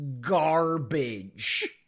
Garbage